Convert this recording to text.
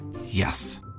Yes